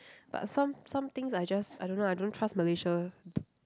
but some some things I just I don't know I don't trust Malaysia